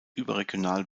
überregional